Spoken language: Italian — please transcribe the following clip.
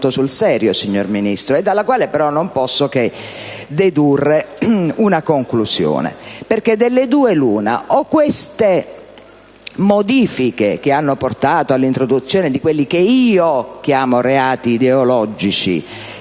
quale però non posso che dedurre una conclusione. Delle due l'una: o queste modifiche che hanno portato all'introduzione di quelli che io chiamo reati ideologici